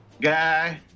Guy